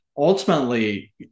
Ultimately